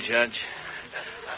Judge